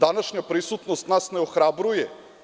Današnja prisutnost nas ne ohrabruje.